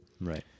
right